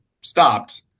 stopped